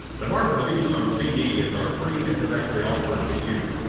the mark of the beast on cd is our free introductory offer to you.